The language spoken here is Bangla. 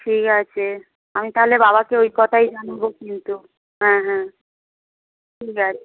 ঠিক আছে আমি তাহলে বাবাকে ওই কথাই জানাবো কিন্তু হ্যাঁ হ্যাঁ ঠিক আছে